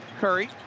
Curry